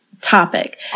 topic